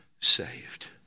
saved